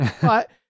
But-